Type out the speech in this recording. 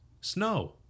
Snow